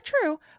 true